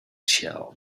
shell